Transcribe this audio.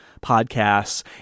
podcasts